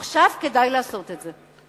עכשיו כדאי לעשות את זה.